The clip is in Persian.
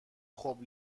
خوب